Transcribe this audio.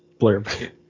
blurb